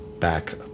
back